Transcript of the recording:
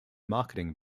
marketing